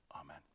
Amen